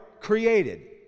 created